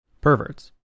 Perverts